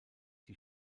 die